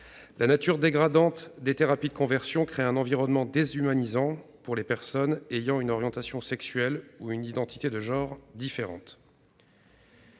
La nature dégradante des thérapies de conversion crée un environnement déshumanisant pour les personnes ayant une orientation sexuelle ou une identité de genre différente.